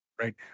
right